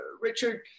Richard